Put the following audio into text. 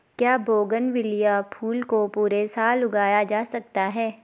क्या बोगनविलिया फूल को पूरे साल उगाया जा सकता है?